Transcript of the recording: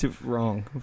Wrong